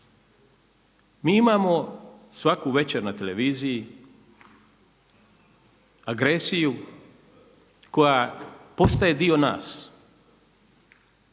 Mi imamo svaku večer na televiziji agresiju koja postaje dio nas.